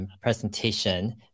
presentation